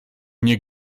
nie